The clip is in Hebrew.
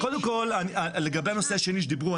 קודם כל לגבי הנושא השני שדיברו,